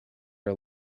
her